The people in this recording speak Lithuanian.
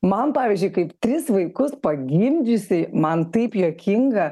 man pavyzdžiui kaip tris vaikus pagimdžiusiai man taip juokinga